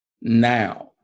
now